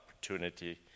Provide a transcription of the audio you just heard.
opportunity